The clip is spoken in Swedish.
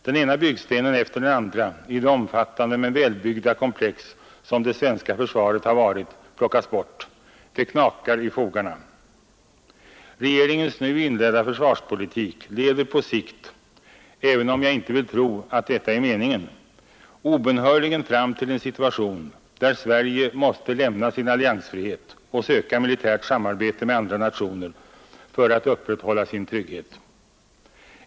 Den ena byggstenen efter den andra i det omfattande men välbyggda komplex som det svenska försvaret har varit plockas bort. Det knakar i fogarna. Regeringens nu inledda försvarspolitik leder på sikt — även om jag inte vill tro att detta är meningen — obönhörligen fram till en situation där Sverige måste lämna sin alliansfrihet och söka militärt samarbete med andra nationer för att upprätthålla sin trygghet.